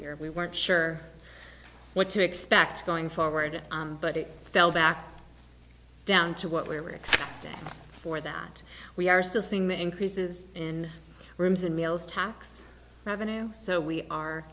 year we weren't sure what to expect going forward but it fell back down to what we were expecting for that we are still seeing the increases in rooms and meals tax revenue so we are